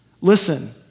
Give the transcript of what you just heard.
Listen